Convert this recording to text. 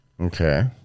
Okay